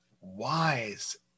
wise